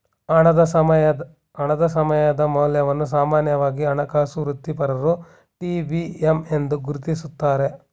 ಹಣದ ಸಮಯದ ಮೌಲ್ಯವನ್ನು ಸಾಮಾನ್ಯವಾಗಿ ಹಣಕಾಸು ವೃತ್ತಿಪರರು ಟಿ.ವಿ.ಎಮ್ ಎಂದು ಗುರುತಿಸುತ್ತಾರೆ